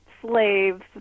slaves